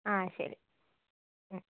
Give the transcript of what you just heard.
ആ ശരി ഹ്മ്